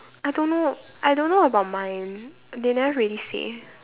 I don't know I don't know about mine they never really say